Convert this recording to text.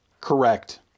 Correct